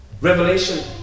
revelation